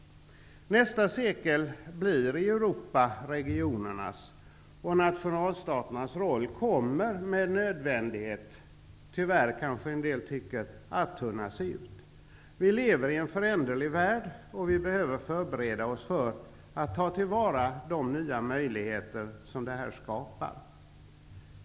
Nästa sekel blir regionernas sekel i Europa. Nationalstaternas roll kommer med nödvändighet -- dess värre, kanske en del tycker -- att tunnas ut. Vi lever i en föränderlig värld, och vi behöver förbereda oss för att ta till vara de nya möjligheter som detta skapar.